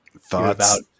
thoughts